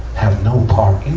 have no part